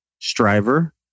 striver